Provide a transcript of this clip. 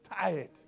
tired